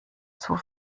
zur